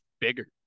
bigger